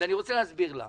אז אני רוצה להסביר לה.